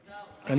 תודה רבה.